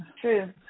True